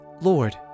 Lord